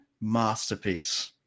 masterpiece